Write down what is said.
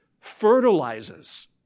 fertilizes